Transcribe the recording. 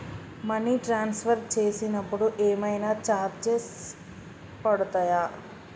Money transfer చేసినప్పుడు ఏమైనా charges పడతయా?